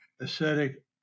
ascetic